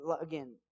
again